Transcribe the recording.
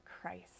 Christ